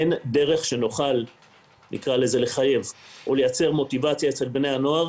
אין דרך שנוכל לחייב או לייצר מוטיבציה אצל בני נוער